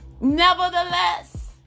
Nevertheless